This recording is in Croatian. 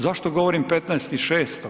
Zašto govorim 15.6.